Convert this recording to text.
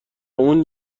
اون